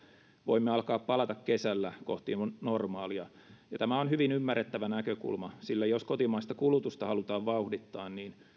voimme alkaa palata kesällä kohti normaalia tämä on hyvin ymmärrettävä näkökulma sillä jos kotimaista kulutusta halutaan vauhdittaa niin